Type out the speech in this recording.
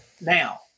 Now